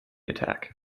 attack